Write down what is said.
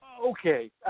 Okay